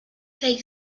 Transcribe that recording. the